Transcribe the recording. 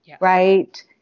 right